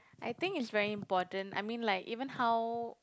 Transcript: I think it's very important I mean like even how